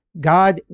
God